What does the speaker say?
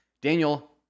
Daniel